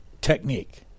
technique